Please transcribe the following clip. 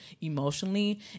emotionally